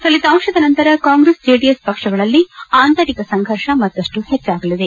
ಫಲಿತಾಂಶದ ನಂತರ ಕಾಂಗ್ರೆಸ್ ಜೆಡಿಎಸ್ ಪಕ್ಷಗಳಲ್ಲಿ ಅಂತರಿಕ ಸಂಘರ್ಷ ಮತ್ತಷ್ಟು ಹೆಚ್ಚಾಗಲಿದೆ